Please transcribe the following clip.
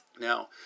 Now